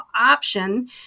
option